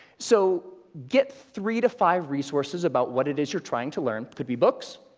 so, get three to five resources about what it is you're trying to learn. could be book, so